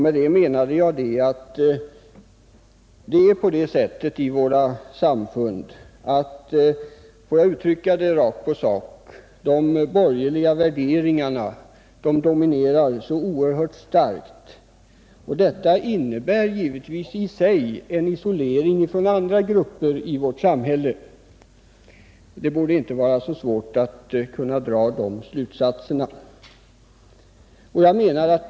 Med detta menade jag att det är på det sättet i våra samfund — får jag uttrycka mig rakt på sak — att de borgerliga värderingarna dominerar så oerhört starkt. Detta innebär i sig en isolering från andra grupper i vårt samhälle — det borde inte vara så svårt att dra den slutsatsen.